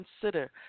consider